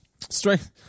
Strength